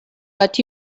but